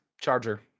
charger